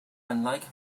unlike